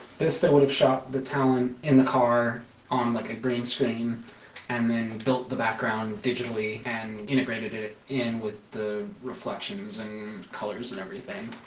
this, they would have shot the town in the car on like a green screen and then built the background digitally and integrated it in with the reflections and colors and everything